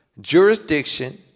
jurisdiction